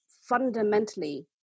fundamentally